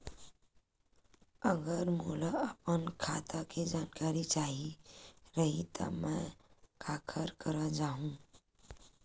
अगर मोला अपन खाता के जानकारी चाही रहि त मैं काखर करा जाहु?